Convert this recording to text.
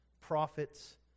prophets